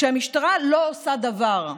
כשהמשטרה לא עושה דבר,